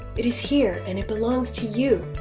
it is here and it belongs to you.